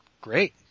Great